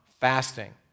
fasting